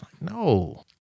No